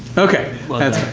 ok, that's